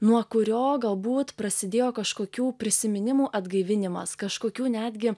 nuo kurio galbūt prasidėjo kažkokių prisiminimų atgaivinimas kažkokių netgi